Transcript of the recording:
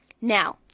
Now